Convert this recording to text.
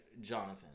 Jonathan